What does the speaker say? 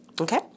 Okay